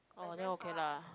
oh then okay lah